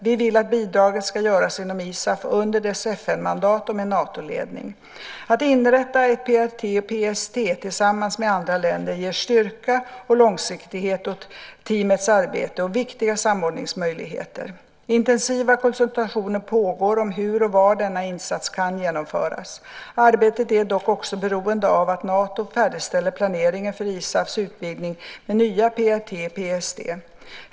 Vi vill att bidraget ska göras inom ISAF under dess FN-mandat och med Natoledning. Att inrätta ett PRT PST.